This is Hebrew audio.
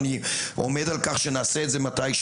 אני עומד על כך שנעשה את זה מתישהו,